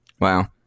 Wow